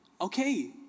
Okay